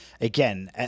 again